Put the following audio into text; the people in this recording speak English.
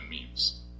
memes